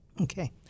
Okay